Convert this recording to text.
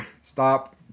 stop